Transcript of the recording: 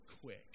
quick